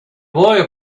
boy